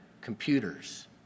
computers